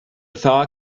thaw